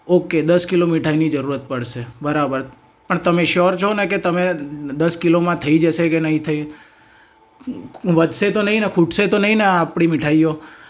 okay દસ kilo મીઠાઈની જરૂરત પડશે બરાબર પણ તમે શ્યોર છો ને કે તમે કે દસ કિલોમાં થઈ જશે કે નહીં થાય વધશે તો નહીંને ખૂટશે તો નહીંને આપણી મીઠાઈઓ